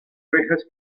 rejas